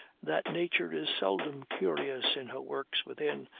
that nature is seldom curious in her works within,